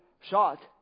shot